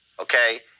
Okay